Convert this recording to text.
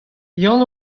yann